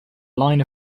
line